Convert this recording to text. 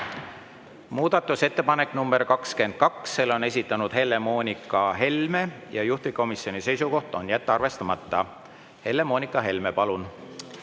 Muudatusettepanek nr 30, selle on esitanud Helle-Moonika Helme, juhtivkomisjoni seisukoht: jätta arvestamata. Helle-Moonika Helme, palun!